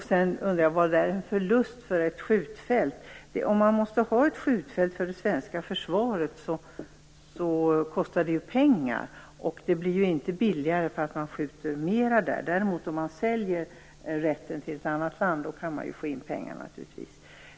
Sedan undrar jag vad som är en förlust för ett skjutfält. Om man måste ha ett skjutfält för det svenska försvaret kostar det ju pengar, och det blir ju inte billigare för att det skjuts mera där. Om man däremot säljer den rätten till ett annat land kan man naturligtvis få in pengar.